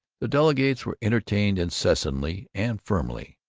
the delegates were entertained, incessantly and firmly.